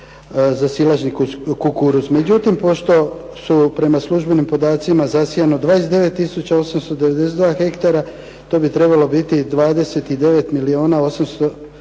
za silažnji kukuruz. Međutim, pošto su prema službenim podacima zasijano 29 tisuća 892 hektara to bi trebalo biti 29